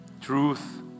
Truth